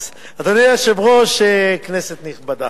אדוני היושב-ראש, כנסת נכבדה,